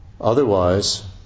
Otherwise